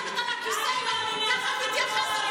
אדוני היו"ר.